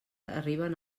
arriben